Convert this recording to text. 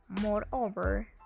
moreover